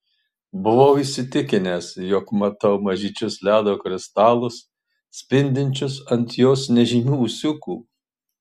buvau įsitikinęs jog matau mažyčius ledo kristalus spindinčius ant jos nežymių ūsiukų